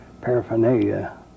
paraphernalia